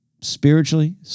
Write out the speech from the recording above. spiritually